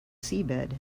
seabed